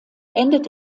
endet